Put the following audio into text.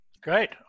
Great